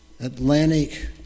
Atlantic